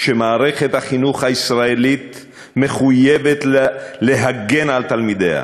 שמערכת החינוך הישראלית מחויבת להגן על תלמידיה,